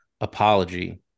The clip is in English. apology